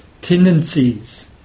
tendencies